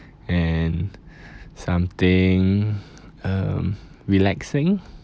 and something um relaxing